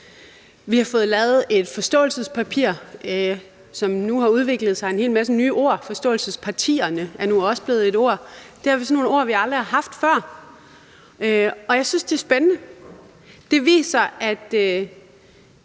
Vi har fået lavet et forståelsespapir, som har ført til en udvikling af en masse nye ord – forståelsespartierne er nu også blevet et ord, og det er sådan nogle ord, vi aldrig har haft før. Og jeg synes, det er spændende. Det er bl.a.